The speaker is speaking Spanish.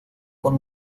con